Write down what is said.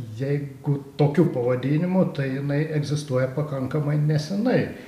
jeigu tokiu pavadinimu tai jinai egzistuoja pakankamai nesenai